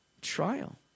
trial